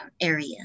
area